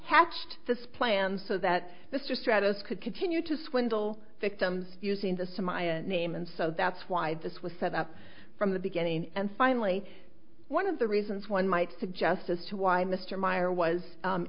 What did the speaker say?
hatched this plan so that mr stratus could continue to swindle victims using the somalia name and so that's why this was set up from the beginning and finally one of the reasons one might suggest as to why mr meyer was